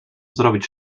zrobić